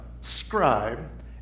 scribe